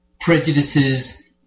prejudices